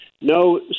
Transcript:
no